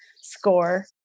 score